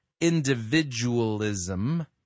individualism